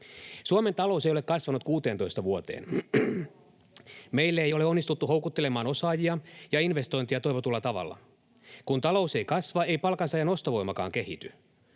Suomen talous ei ole kasvanut 16 vuoteen. Meille ei ole onnistuttu houkuttelemaan osaajia ja investointeja toivotulla tavalla. Kun talous ei kasva, ei palkansaajan ostovoimakaan kehity,